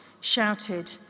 shouted